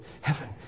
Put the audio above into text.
heaven